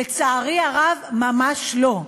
לצערי הרב ממש לא.